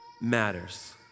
matters